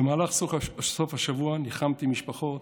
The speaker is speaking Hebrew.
במהלך סוף השבוע ניחמתי משפחות,